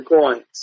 coins